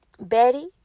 Betty